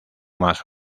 más